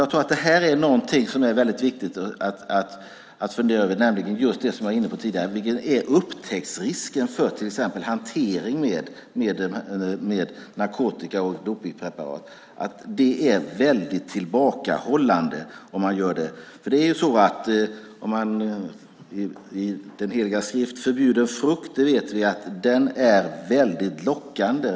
Jag tror att någonting som är väldigt viktigt att fundera över är det som jag var inne på tidigare, nämligen upptäcktsrisken vid hantering av narkotika och dopningspreparat. Risken för upptäckt är väldigt tillbakahållande. Förbjuden frukt är, det vet vi från den heliga skrift, väldigt lockande.